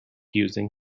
using